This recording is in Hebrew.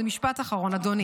זה משפט אחרון, אדוני.